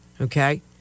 Okay